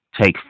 take